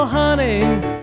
honey